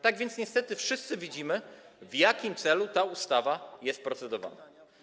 Tak więc niestety wszyscy widzimy, w jakim celu ta ustawa jest procedowana.